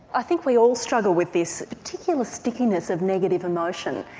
i think we all struggle with this particular stickiness of negative emotion.